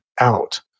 out